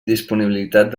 disponibilitat